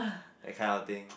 that kind of thing